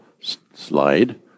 slide